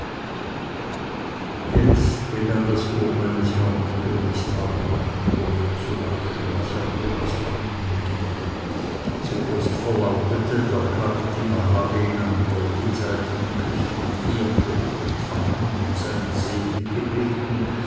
jetzt begann das ohr meines herrn und königs tag und nacht über meer zu lauschen was herr thomas drüben beginne zuerst verlautete der kapetinger habe ihn an der jenseitigen küste mit ehrfurcht empfangen und um seinen segen gebeten